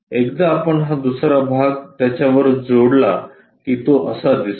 एकदा आपण हा दुसरा भाग त्याच्या वर जोडला की तो असा दिसतो